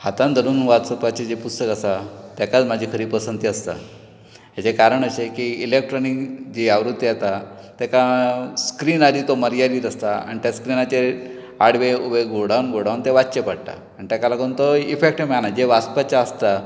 हातान धरून वाचपाचें जें पुस्तक आसा तेकाच म्हाजी खरी पसंती आसता हेजे कारण अशें की इलेक्ट्रोनीक जी आवृत्ती येता तेका स्क्रिन आनी तो मर्यादित आसता आनी त्या स्क्रिनाचेर आडवे उबे घुंवडावन घुंवडावन वाचचें पडटा ताका लागून तो इफॅक्ट मेळना जे वाचपाचें आसता